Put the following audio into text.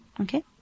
okay